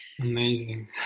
Amazing